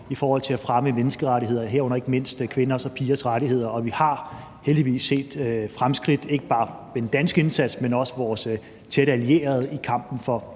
for at fremme menneskerettigheder, herunder ikke mindst pigers og kvinders rettigheder. Og vi har heldigvis set fremskridt, ikke bare i forhold til den danske indsats, men også i forhold til vores tætte allierede i kampen for